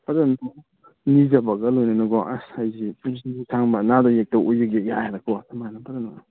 ꯐꯖꯅ ꯅꯤꯖꯕꯒ ꯂꯣꯏꯅꯅꯀꯣ ꯑꯁ ꯑꯩꯁꯤ ꯄꯨꯟꯁꯤ ꯅꯨꯡꯁꯥꯡꯕ ꯅꯥꯗ ꯌꯦꯛꯇꯕ ꯑꯣꯏꯖꯒꯦ ꯍꯥꯏꯅꯀꯣ ꯑꯗꯨꯃꯥꯏꯅ ꯐꯖꯅ